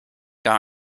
gar